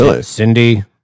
Cindy